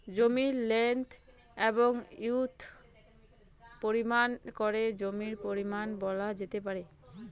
জমির লেন্থ এবং উইড্থ পরিমাপ করে জমির পরিমান বলা যেতে পারে